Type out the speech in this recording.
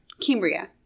Cambria